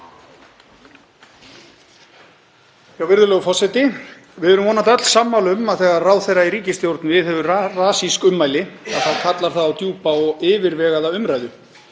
Virðulegur forseti. Við erum vonandi öll sammála um að þegar ráðherra í ríkisstjórn viðhefur rasísk ummæli þá kallar það á djúpa og yfirvegaða umræðu,